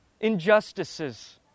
Injustices